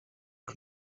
bwa